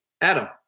Adam